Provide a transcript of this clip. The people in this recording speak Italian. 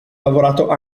lavorato